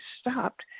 stopped